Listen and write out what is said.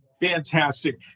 Fantastic